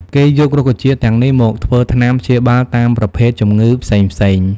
គេយករុក្ខជាតិទាំងនេះមក ធ្វើថ្នាំព្យាបាលតាមប្រភេទជំងឺផ្សេងៗ។